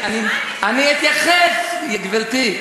אני אתייחס, גברתי.